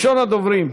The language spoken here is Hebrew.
ראשון הדוברים,